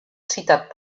citat